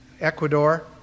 Ecuador